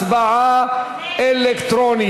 הצבעה אלקטרונית.